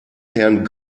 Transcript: herrn